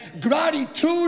Gratitude